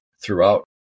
throughout